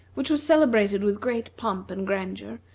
which was celebrated with great pomp and grandeur,